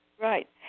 Right